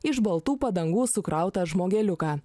iš baltų padangų sukrautą žmogeliuką